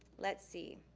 let's see,